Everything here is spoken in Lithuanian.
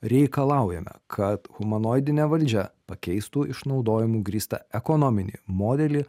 reikalaujame kad humanoidinė valdžia pakeistų išnaudojimu grįstą ekonominį modelį